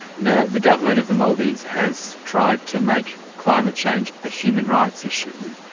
now, the government of the maldives has tried to make climate change a human rights issue.